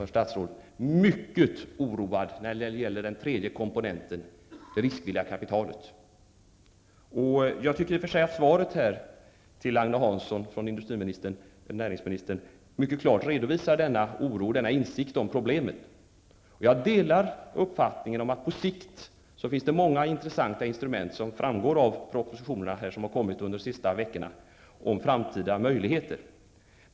Jag är dock mycket oroad när det gäller den tredje komponenten, nämligen det riskvilliga kapitalet. Näringsministerns svar till Agne Hansson redovisar mycket klart denna oro inför och insikt om problemet. Jag delar uppfattningen att det på sikt finns många intressanta instrument, vilket framgår av de propositioner om framtida möjligheter som har avlämnats under de senaste veckorna.